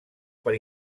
per